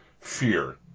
fear